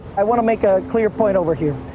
i want to make a clear point over here.